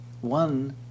one